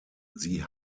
sie